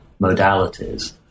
modalities